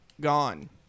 gone